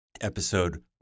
Episode